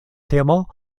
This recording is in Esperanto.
temo